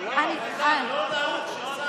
לא נהוג, לא נהוג.